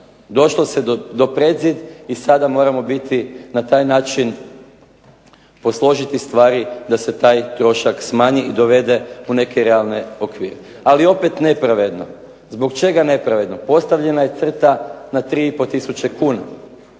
Došlo se do pred zid i sada moramo biti na taj način, posložiti stvari da se taj trošak smanji i dovede u neke realne okvire. Ali opet nepravedno. Zbog čega nepravedno? Postavljena je crta na 3000 kuna.